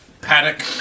Paddock